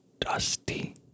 dusty